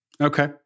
Okay